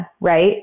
right